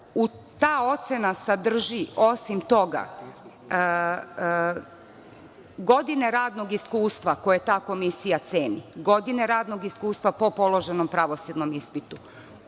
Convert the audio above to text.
Ta ocena sadrži, osim toga, godine radnog iskustva koje ta komisija ceni, godine radnog iskustva po položenom pravosudnom ispitu,